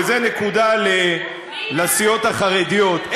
וזאת נקודה לסיעות החרדיות,